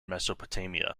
mesopotamia